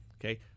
okay